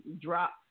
Drop